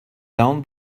down